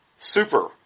Super